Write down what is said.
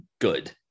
good